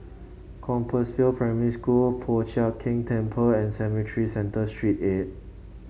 Compassvale Primary School Po Chiak Keng Temple and Cemetry Central Saint Eight